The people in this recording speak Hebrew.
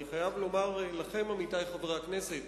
אני חייב לומר לכם, עמיתי חברי הכנסת,